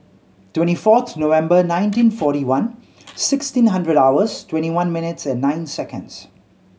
twenty fourth November nineteen forty one sixteen hundred hours twenty one minutes and nine seconds